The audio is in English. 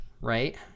right